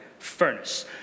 Furnace